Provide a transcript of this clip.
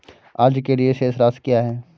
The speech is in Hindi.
आज के लिए शेष राशि क्या है?